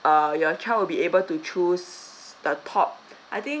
uh your child will be able to choose the top I think